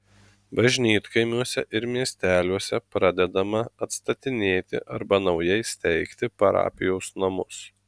bažnytkaimiuose ir miesteliuose pradedama atstatinėti arba naujai steigti parapijos namus